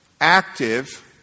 active